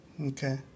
Okay